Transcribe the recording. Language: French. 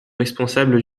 responsables